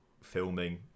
filming